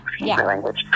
language